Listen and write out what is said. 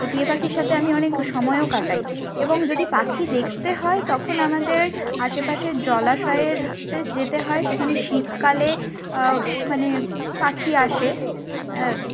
তো টিয়ে পাখির সাথে আমি অনেক সময়ও কাটাই এবং যদি পাখি দেখতে হয় তখন আমাদের আশেপাশের জলাশয়ের যেতে হয় সেখানে শীতকালে মানে পাখি আসে